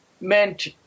meant